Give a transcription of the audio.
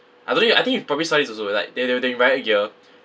I don't know you I think you probably saw this also like they they they were in riot gear